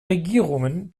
regierungen